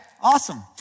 awesome